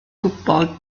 gwybod